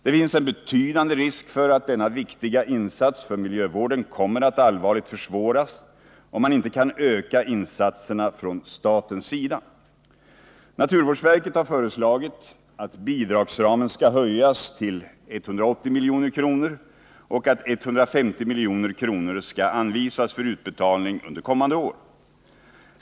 Det finns en betydande risk för att denna viktiga insats för miljövården kommer att allvarligt försvåras, om man inte kan öka insatserna från statens sida. Naturvårdsverket har föreslagit att bidragsramen skall höjas till 180 milj.kr. och att 150 milj.kr. skall anvisas för utbetalning under kommande år.